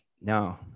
No